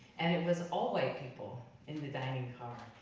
and it was all white people in the dining car?